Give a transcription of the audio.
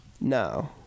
no